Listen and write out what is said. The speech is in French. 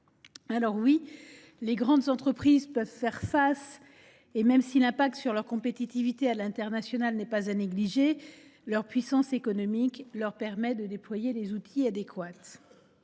Certes, les grandes entreprises peuvent faire face : même si l’impact sur leur compétitivité internationale n’est pas à négliger, leur puissance économique leur permet de déployer les outils adéquats.